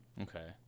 okay